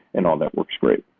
and all that works great.